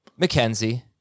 McKenzie